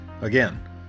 Again